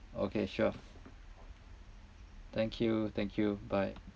okay sure thank you thank you bye